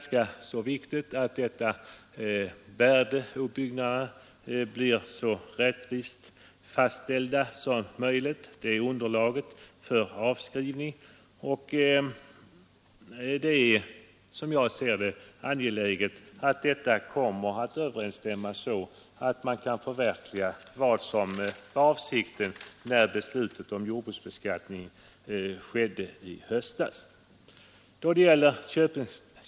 Det är viktigt att byggnadsvärdena — underlaget för avskrivningar — blir så rättvist fastställda som möjligt, och det är angeläget att dessa värden blir riktiga, så att man kan förverkliga det som var avsikten när beslutet om jordbruksbeskattningen fattades i höstas.